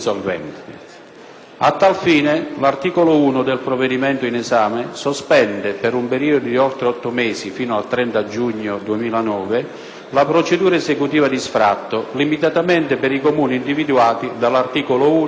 A tal fine, l'articolo 1 del provvedimento in esame sospende, per un periodo di oltre otto mesi (fino al 30 giugno 2009), la procedura esecutiva di sfratto, limitatamente ai Comuni individuati dell'articolo 1,